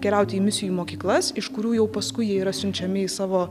keliauti į misijų mokyklas iš kurių jau paskui jie yra siunčiami į savo